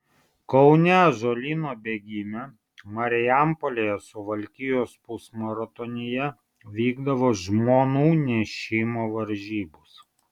kaune ąžuolyno bėgime marijampolėje suvalkijos pusmaratonyje vykdavo žmonų nešimo varžybos